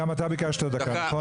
גם אתה ביקשת דקה.